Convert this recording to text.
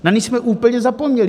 Na ně jsme úplně zapomněli.